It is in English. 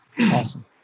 Awesome